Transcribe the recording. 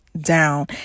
down